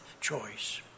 choice